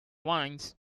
wines